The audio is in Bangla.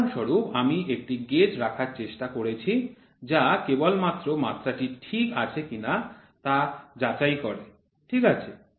উদাহরণস্বরূপ আমি একটি গেজ রাখার চেষ্টা করেছি যা কেবলমাত্র মাত্রাটি ঠিক আছে কিনা তা যাচাই করে ঠিক আছে